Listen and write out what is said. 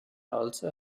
also